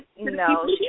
No